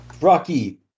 Rocky